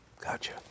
gotcha